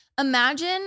imagine